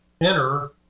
enter